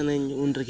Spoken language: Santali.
ᱯᱟᱛᱲᱟ ᱫᱟᱠᱟ